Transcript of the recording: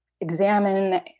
examine